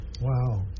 Wow